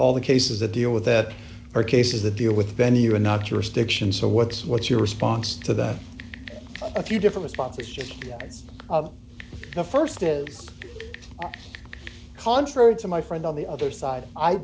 all the cases that deal with that are cases that deal with venue and not jurisdiction so what's what's your response to that a few different sponsorship of the st is contrary to my friend on the other side i